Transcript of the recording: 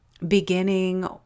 beginning